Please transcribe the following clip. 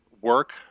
work